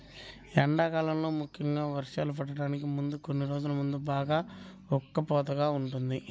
ఎండాకాలంలో ముఖ్యంగా వర్షాలు పడటానికి ముందు కొన్ని రోజులు బాగా ఉక్కపోతగా ఉంటుంది